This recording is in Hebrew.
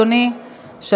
אדוני,